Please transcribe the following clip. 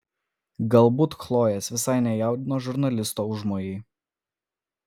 galbūt chlojės visai nejaudino žurnalisto užmojai